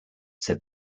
said